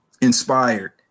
inspired